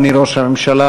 אדוני ראש הממשלה,